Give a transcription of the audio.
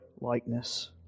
likeness